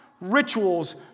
rituals